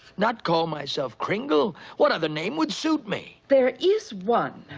not call myself kringle? what other name would suit me? there is one.